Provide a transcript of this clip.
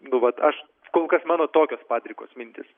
nu vat aš kol kas mano tokios padrikos mintys